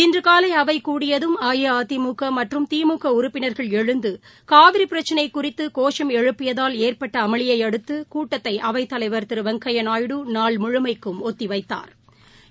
இன்று காலை அவை கூடியதும் அஇஅதிமுக மற்றும் திமுக உறுப்பினர்கள் எழுந்து காவிரி பிரச்சனை குறித்து கோஷம் எழுப்பியதால் ஏற்பட்ட அமளியை அடுத்து கூட்டத்தை அவைத் தலைவர் திரு வெங்கையா நாயுடு நாள் முழுமைக்கும் ஒத்தி வைத்தாா்